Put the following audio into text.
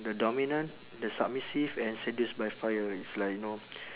the dominant the submissive and seduced by fire it's like know